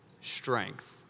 Strength